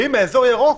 ואם האזור ירוק,